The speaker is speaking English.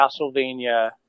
Castlevania